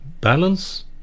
Balance